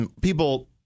people